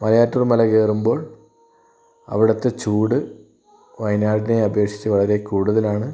മലയാറ്റൂർ മല കയറുമ്പോൾ അവിടുത്തെ ചൂട് വയനാടിനെ അപേക്ഷിച്ച് വളരെ കൂടുതൽ ആണ്